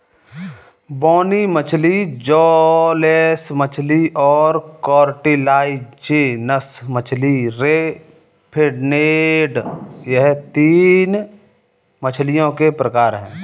बोनी मछली जौलेस मछली और कार्टिलाजिनस मछली रे फिनेड यह तीन मछलियों के प्रकार है